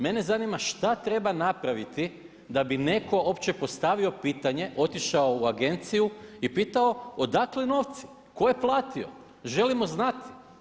Mene zanima šta treba napraviti da bi neko uopće postavio pitanje otišao u agenciju i pitao odakle novci, tko je platio, želimo znati.